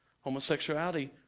Homosexuality